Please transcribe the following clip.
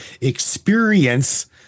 experience